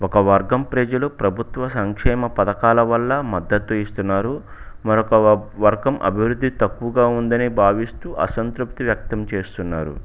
ఒక వర్గం ప్రజలు ప్రభుత్వం సంక్షేమ పథకాల వల్ల మద్దత్తు ఇస్తున్నారు మరొక వర్గం అభివృద్ధి తక్కువగా ఉందని భావిస్తూ అసంతృప్తి వ్యక్తం చేస్తున్నారు